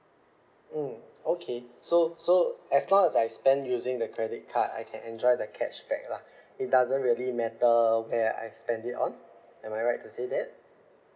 mm okay so so as long as I spend using the credit card I can enjoy the cashback lah it doesn't really matter where I spend it on am I right to say that